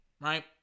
Right